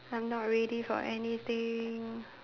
I'm not ready for anything